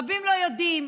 רבים לא יודעים,